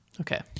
Okay